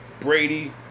Brady